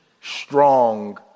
strong